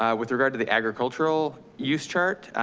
ah with regard to the agricultural use chart,